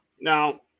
now